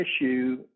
issue